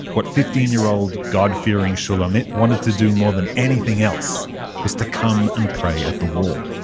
what fifteen-year-old g-d-fearing shulamit wanted to do more than anything else was to come and pray at the wall